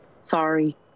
sorry